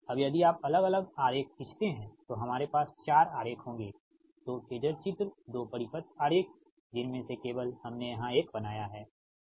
अब यदि आप अलग अलग आरेख खींचते हैं तो हमारे पास 4 आरेख होंगे दो फेजर चित्र दो परिपथ आरेख जिनमें से केवल हमने यहां एक बनाया है